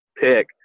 pick